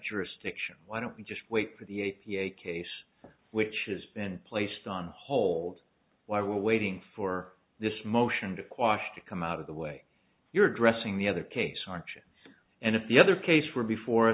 jurisdiction why don't you just wait for the a p a case which has been placed on hold while awaiting for this motion to quash to come out of the way you're addressing the other case aren't you and if the other case were before